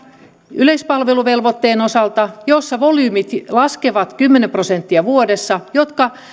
yleispalveluvelvoitteen osalta jossa volyymit laskevat kymmenen prosenttia vuodessa ja joka